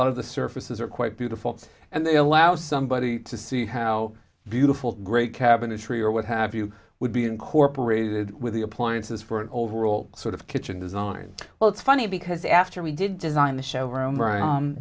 lot of the surfaces are quite beautiful they allow somebody to see how beautiful great cabin a tree or what have you would be incorporated with the appliances for an overall sort of kitchen design well it's funny because after we did design the show room a